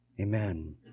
Amen